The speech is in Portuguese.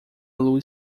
lua